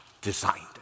designed